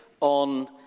on